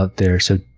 out there. so,